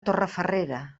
torrefarrera